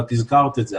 ואת הזכרת את זה,